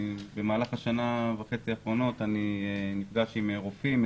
במהלך השנה וחצי האחרונות אני נפגש עם רופאים,